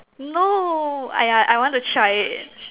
no !aiya! I want to try it